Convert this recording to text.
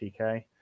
TK